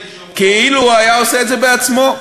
כאילו היה עושה את זה בעצמו.